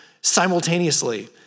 simultaneously